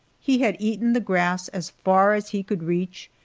he had eaten the grass as far as he could reach,